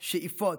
שאיפות,